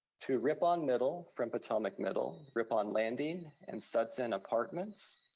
to rippon middle from potomac middle, rippon landing and sutton apartments.